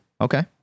Okay